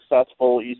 successful